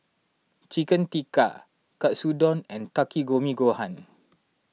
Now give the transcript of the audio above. Chicken Tikka Katsudon and Takikomi Gohan